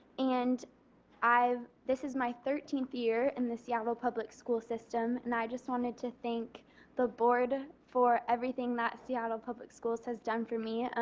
and this is my thirteenth year in the seattle public schools system and i just wanted to thank the board for everything that seattle public schools has done for me.